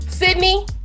Sydney